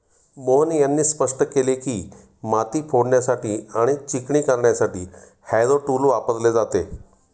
मोहन यांनी स्पष्ट केले की, माती फोडण्यासाठी आणि चिकणी करण्यासाठी हॅरो टूल वापरले जाते